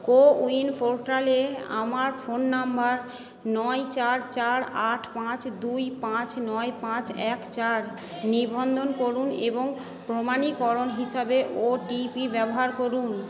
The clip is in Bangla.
কো উইন পোর্টালে আমার ফোন নাম্বার নয় চার চার আট পাঁচ দুই পাঁচ নয় পাঁচ এক চার নিবন্ধন করুন এবং প্রমাণীকরণ হিসাবে ওটিপি ব্যবহার করুন